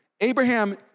Abraham